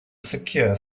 secure